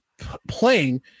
playing